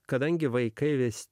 kadangi vaikai vis